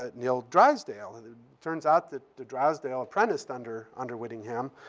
ah neil drysdale. and it turns out that drysdale apprenticed under under whittingham.